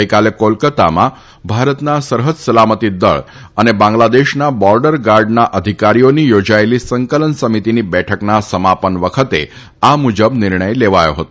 ગઈકાલે કોલકાતામાં ભારતના સરહદ સલામતી દળ અને બાંગ્લાદેશના બોર્ડર ગાર્ડના અધિકારીઓની યોજાયેલી સંકલન સમિતિની બેઠકના સમાપન વખતે આ મુજબ નિર્ણય લેવાયો હતો